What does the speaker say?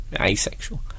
asexual